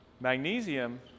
magnesium